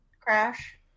Crash